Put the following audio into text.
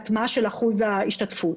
כלומר באחוז ההשתתפות.